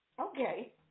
Okay